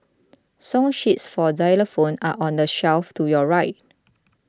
song sheets for xylophones are on the shelf to your right